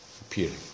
appearing